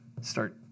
Start